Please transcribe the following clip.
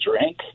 drink